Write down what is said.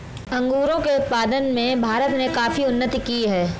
अंगूरों के उत्पादन में भारत ने काफी उन्नति की है